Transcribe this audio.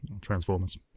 Transformers